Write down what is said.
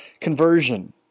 conversion